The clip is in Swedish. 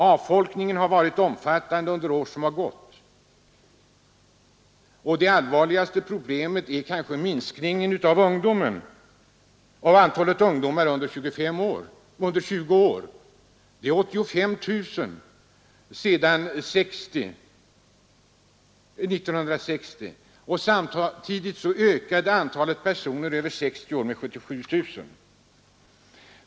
Avfolkningen har varit omfattande under år som har gått, och det allvarligaste problemet är kanske den omfattande minskningen av antalet ungdomar under 20 år. Minskningen har varit 85 000 sedan 1960, och samtidigt ökade antalet personer över 60 år med 77 000.